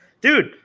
dude